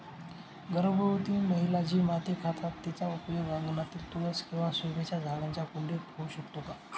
गर्भवती महिला जी माती खातात तिचा उपयोग अंगणातील तुळस किंवा शोभेच्या झाडांच्या कुंडीत होऊ शकतो का?